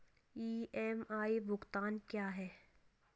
EMI भुगतान क्या है?